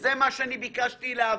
וזה מה שאני ביקשתי להביא,